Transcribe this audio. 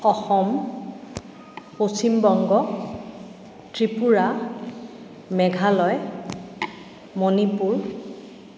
Assam Paschimbanga Tripura Meghalaya Manipur